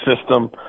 system